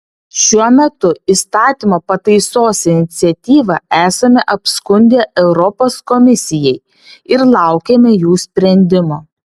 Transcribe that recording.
šiuo metu įstatymo pataisos iniciatyvą esame apskundę europos komisijai ir laukiame jų sprendimo